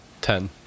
Ten